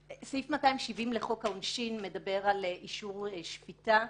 סעיף 270 לחוק העונשין מדבר על אישור שפיטה,